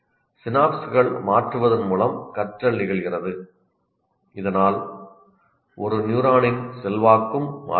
சினாப்ஸ்கள் மாற்றுவதன் மூலம் கற்றல் நிகழ்கிறது இதனால் ஒரு நியூரானின் செல்வாக்கும் மாறுகிறது